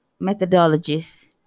methodologies